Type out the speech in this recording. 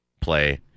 play